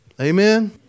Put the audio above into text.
Amen